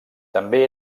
també